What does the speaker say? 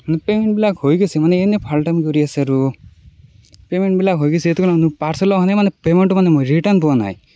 মানে পেমেণ্টবিলাক হৈ গৈছে মানে ফাল্টামি কৰি আছে আৰু পেমেণ্টবিলাক হৈ গৈছে সেইটো কাৰণত পাৰ্চেল অহা নাই মানে পেমেণ্টটো মানে ৰিটাৰ্ণ্ড পোৱা নাই